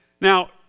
Now